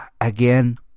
again